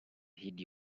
heed